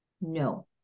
No